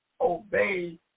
obey